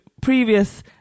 previous